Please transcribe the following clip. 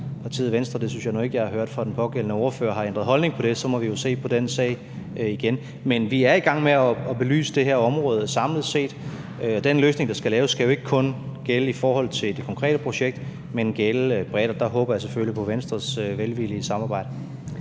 partiet Venstre – det synes jeg nu ikke jeg har hørt fra den pågældende ordfører – har ændret holdning til det, så må vi jo se på den sag igen. Men vi er i gang med at belyse det her område samlet set. Den løsning, der skal laves, skal jo ikke kun gælde i forhold til det konkrete projekt, men gælde bredt, og der håber jeg selvfølgelig på Venstres velvillige samarbejde.